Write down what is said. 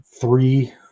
three